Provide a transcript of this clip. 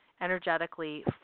energetically